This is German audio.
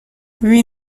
wie